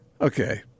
Okay